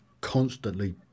constantly